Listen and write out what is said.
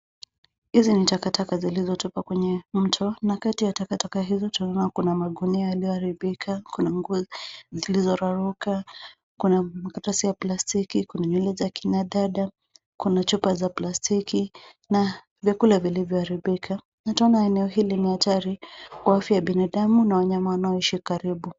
Hizi ni takataka zilizotupwa kwenye mto na kati ya takataka hizo tunaona kuna magunia yaliyoharibika, kuna nguo zilizoruka, kuna makaratasi ya plastiki, kuna nywele za kina dada, kuna chupa za plastiki na vyakula vilivyoharibika na twaona eneo hili ni hatari kwa afya ya binadamu na wanyama wanaoishi karibu.